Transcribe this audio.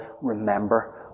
remember